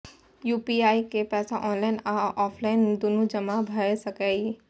UPI के पैसा online आ ऑफलाइन दुनू जमा भ सकै इ?